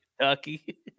Kentucky